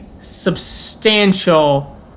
substantial